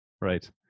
right